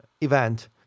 event